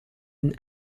and